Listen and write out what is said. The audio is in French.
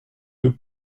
deux